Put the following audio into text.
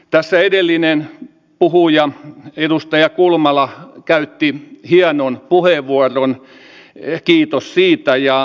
tässä edellinen puhuja edustaja kulmala käytti hienon puheenvuoron kiitos siitä